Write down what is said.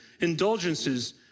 Indulgences